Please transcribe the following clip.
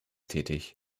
tätig